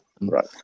right